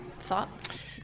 Thoughts